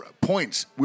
points